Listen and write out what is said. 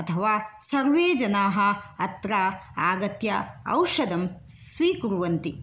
अथवा सर्वे जनाः अत्र आगत्य औषधं स्वीकुर्वन्ति